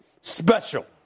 Special